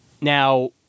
now